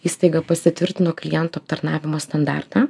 įstaiga pasitvirtino klientų aptarnavimo standartą